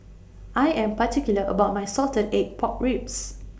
I Am particular about My Salted Egg Pork Ribs